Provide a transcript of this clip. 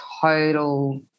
total